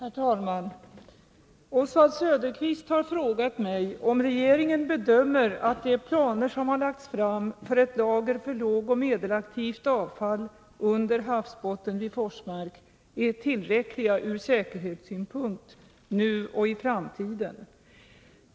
Herr talman! Oswald Söderqvist har frågat mig om regeringen bedömer att de planer som lagts fram för ett lager för lågoch medelaktivt avfall under havsbotten vid Forsmark är tillräckliga ur säkerhetssynpunkt nu och i framtiden.